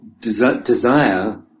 desire